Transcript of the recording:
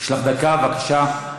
יש לך דקה, בבקשה.